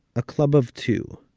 a club of two.